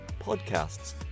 podcasts